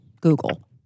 Google